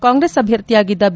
ಕಾಂಗ್ರೆಸ್ ಅಭ್ಯರ್ಥಿಯಾಗಿದ್ದ ಬಿ